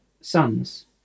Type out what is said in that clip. sons